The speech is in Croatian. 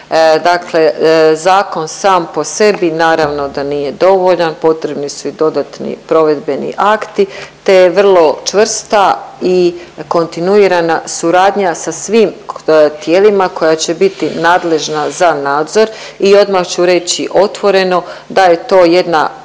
Dakle zakon sam po sebi naravno da nije dovoljan, potrebni su i dodatni provedbeni akti te vrlo čvrsta i kontinuirana suradnja sa svim tijelima koja će biti nadležna za nadzor i odmah ću reći otvoreno, da je to jedna